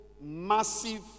massive